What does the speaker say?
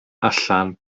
allan